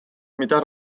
mida